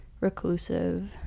reclusive